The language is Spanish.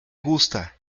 gusta